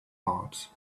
heart